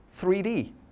3D